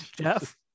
Jeff